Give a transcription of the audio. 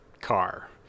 car